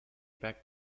back